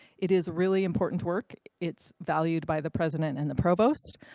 it is really important work. it's valued by the president and the provost.